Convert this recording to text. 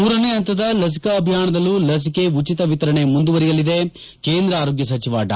ಮೂರನೇ ಹಂತದ ಲಸಿಕಾ ಅಭಿಯಾನದಲ್ಲೂ ಲಸಿಕೆ ಉಚಿತ ವಿತರಣೆ ಮುಂದುವರಿಯಲಿದೆ ಕೇಂದ್ರ ಆರೋಗ್ನ ಸಚವ ಡಾ